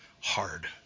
hard